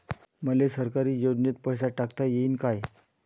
मले सरकारी योजतेन पैसा टाकता येईन काय?